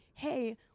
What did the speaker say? hey